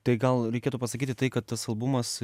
tai gal reikėtų pasakyti tai kad tas albumas